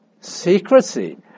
secrecy